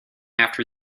after